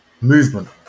movement